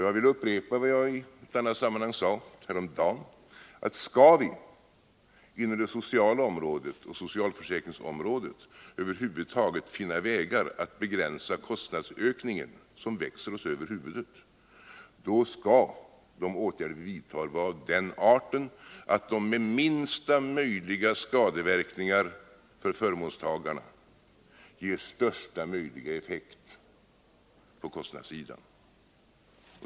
Jag vill upprepa vad jag i ett annat sammanhang sade häromdagen: Skall vi inom det sociala området och socialförsäkringsområdet över huvud taget finna vägar för att begränsa kostnadsökningen, som växer oss över huvudet, skall de åtgärder vi vidtar vara av den arten att de med minsta möjliga skadeverkningar för förmånstagarna ger största möjliga effekt på kostnadssidan.